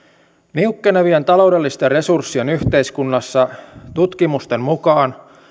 niukkenevien taloudellisten resurssien yhteiskunnassa tutkimusten mukaan